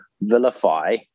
vilify